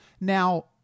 Now